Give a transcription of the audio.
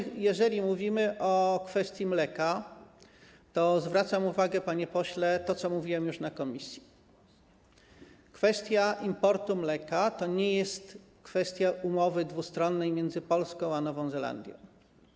Natomiast jeżeli mówimy o kwestii mleka, to zwracam uwagę, panie pośle, na to, co mówiłem już na posiedzeniu komisji: kwestia importu mleka to nie jest kwestia umowy dwustronnej między Polską a Nową Zelandią.